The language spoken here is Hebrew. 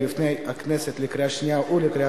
אנחנו נוסיף את כבוד השר כחלון.